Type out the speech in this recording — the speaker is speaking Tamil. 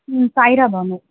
ம் சாய்ரா பானு